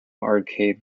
arcade